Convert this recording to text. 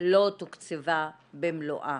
לא תוקצבה במלואה